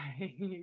Right